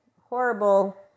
horrible